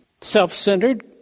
self-centered